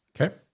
Okay